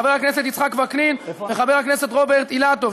חבר הכנסת יצחק וקנין וחבר הכנסת רוברט אילטוב,